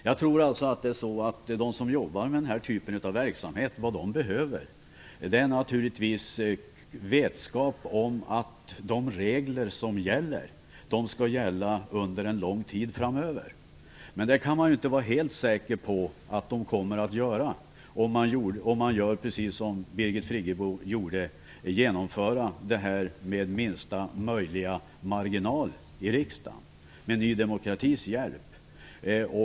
Vad de som jobbar med den här typen av verksamhet behöver är naturligtvis vetskap om att de regler som gäller skall gälla under en lång tid framöver. Detta blir inte helt säkert om man gör som Birgit Friggebo gjorde. Hon genomförde, med Ny demokratis hjälp, detta med minsta möjliga marginal i riksdagen.